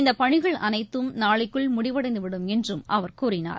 இந்தபணிகள் அனைத்தும் நாளைக்குள் முடிவடைந்துவிடும் என்றும் அவர் கூறினார்